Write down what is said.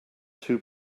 two